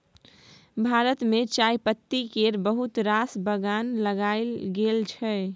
भारत मे चायपत्ती केर बहुत रास बगान लगाएल गेल छै